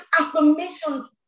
affirmations